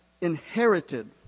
inherited